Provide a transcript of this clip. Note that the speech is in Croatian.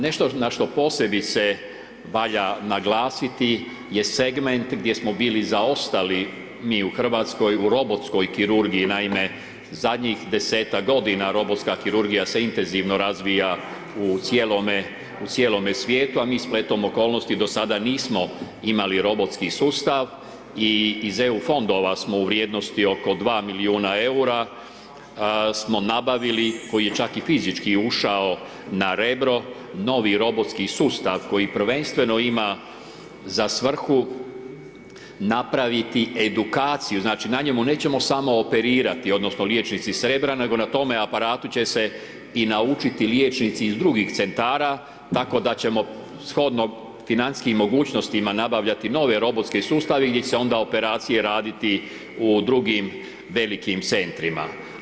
Nešto na što posebice valja naglasiti je segment gdje smo bili zaostali mi u Hrvatskoj u robotskoj kirurgiji, naime zadnjih 10-tak godina robotska kirurgija se intenzivno razvija u cijelome svijetu, a mi spletom okolnosti do sada nismo imali robotski sustav i iz EU fondova smo u vrijednosti oko 2 milijuna EUR-a smo nabavili, koji je čak i fizički ušao na Rebro novi robotski sustav koji prvenstveno ima za svrhu napraviti edukaciju, znači na njemu nećemo samo operirati odnosno liječnici s Rebra, nego na tome aparatu će se i naučiti liječnici iz drugih centara, tako da ćemo shodno financijskim mogućnostima nabavljati nove robotske sustave gdje će se onda operacije raditi u drugim velikim centrima.